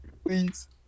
Please